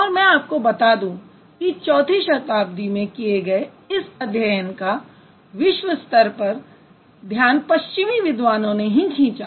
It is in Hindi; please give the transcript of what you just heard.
और मैं आपको बता दूँ कि चौथी शताब्दी में किये गए इस अध्ययन का विश्व स्तर पर ध्यान पश्चिमी विद्वानों ने ही खींचा